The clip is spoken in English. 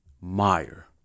Meyer